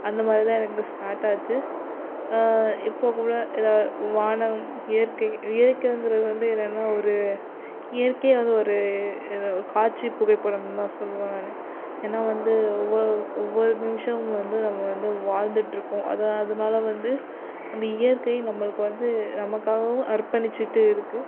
அந்தமாரி தான் எனக்கு ஸ்டார்ட் ஆச்சு இப்போது கூட ஏதாவது வானம் இயற்கை இயற்கைங்கிறது வந்து என்னென்னால் ஒரு இயற்கையை வந்து ஒரு என்ன காட்சி புகைப்படன்னுதான் சொல்வேன் நான் ஏன்னால் வந்து ஒவ்வொரு நிமிஷமும் வந்து நம்ம வந்து வாழ்ந்திட்ருக்கோம் அது அதனால் வந்து அந்த இயற்கை நம்மளுக்கு வந்து நமக்காகவும் அர்பணிச்சுட்டு இருக்குது